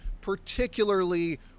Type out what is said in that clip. particularly